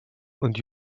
und